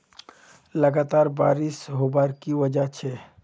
लगातार बारिश होबार की वजह छे?